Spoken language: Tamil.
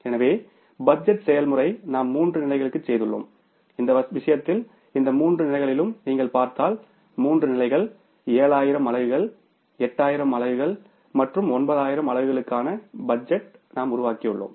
எனவே பட்ஜெட் செயல்முறை நாம் மூன்று நிலைகளுக்குச் செய்துள்ளோம் இந்த விஷயத்தில் இந்த மூன்று நிலைகளிலும் நீங்கள் பார்த்தால் மூன்று நிலைகள் 7000 அலகுகள் 8000 அலகுகள் மற்றும் 9000 அலகுகளுக்கான பட்ஜெட்டை நாம் உருவாக்கியுள்ளோம்